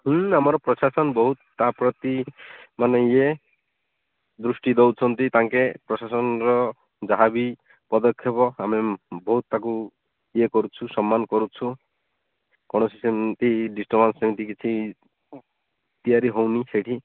ହୁଁ ଆମର ପ୍ରଶାସନ ବହୁତ ତା' ପ୍ରତି ମାନେ ଇଏ ଦୃଷ୍ଟି ଦେଉଛନ୍ତି ତାଙ୍କେ ପ୍ରଶାସନର ଯାହା ବି ପଦକ୍ଷେପ ଆମେ ବହୁତ ତାକୁ ଇଏ କରୁଛୁ ସମ୍ମାନ କରୁଛୁ କୌଣସି ସେମିତି ଡିଷ୍ଟରବାନ୍ସ ସେମିତି କିଛି ତିଆରି ହେଉନି ସେଇଠି